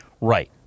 Right